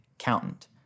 accountant